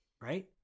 right